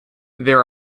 there